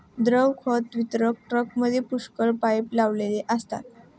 द्रव खत वितरक टँकरमध्ये पुष्कळ पाइप लावलेले असतात